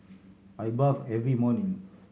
I bath every morning